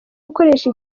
gukoresha